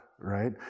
Right